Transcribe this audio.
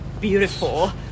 beautiful